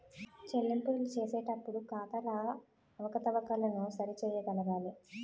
చెల్లింపులు చేసేటప్పుడు ఖాతాల అవకతవకలను సరి చేయగలగాలి